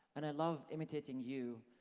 and i love imitating you,